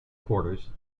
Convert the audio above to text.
quarters